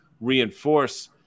reinforce